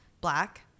black